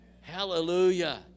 Hallelujah